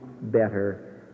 better